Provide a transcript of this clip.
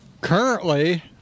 Currently